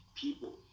People